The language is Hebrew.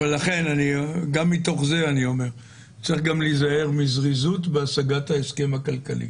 גם מתוך זה אני אומר שצריך להיזהר מזריזות בהשגת ההסכם הכלכלי.